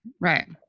right